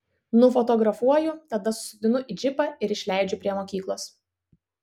nufotografuoju tada susodinu į džipą ir išleidžiu prie mokyklos